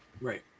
Right